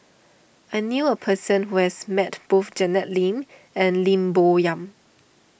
I knew a person who has met both Janet Lim and Lim Bo Yam